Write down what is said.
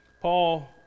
Paul